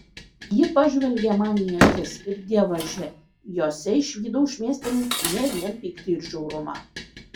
ji pažvelgė man į akis ir dievaži jose išvydau šmėstelint ne vien pyktį ir žiaurumą